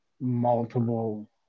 multiple